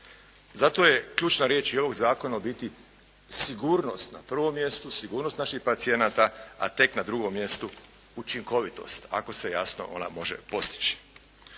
Zato je ključna riječ i ovog zakona u biti sigurnost, na prvom mjestu sigurnost naših pacijenata a tek na drugom mjestu učinkovitost, ako se jasno ona može postići.